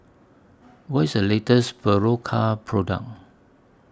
What IS The latest Berocca Product